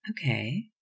Okay